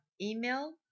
email